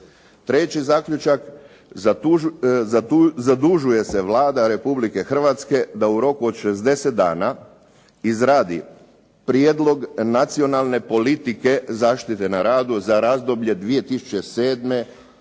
Treći zaključak, "Zadužuje se Vlada Republike Hrvatske da u roku od 60 dana izradi prijedlog nacionalne politike zaštite na radu za razdoblje 2007. do